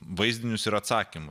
vaizdinius ir atsakymų